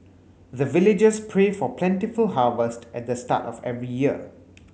the villagers pray for plentiful harvest at the start of every year